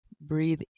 Breathe